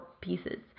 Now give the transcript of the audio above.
pieces